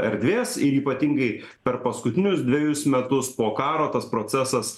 erdvės ir ypatingai per paskutinius dvejus metus po karo tas procesas